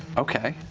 okay.